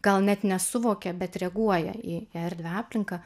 gal net nesuvokia bet reaguoja į erdvią aplinką